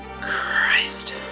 Christ